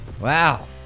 Wow